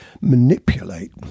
manipulate